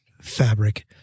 Fabric